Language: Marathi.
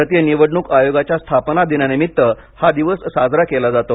भारतीय निवडणूक आयोगाच्या स्थापना दिनानिमित्त हा दिवस साजरा केला जातो